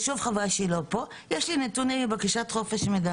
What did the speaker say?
ושוב חבל שהיא לא פה - יש לי נתונים מבקשת חופש מידע.